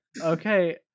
Okay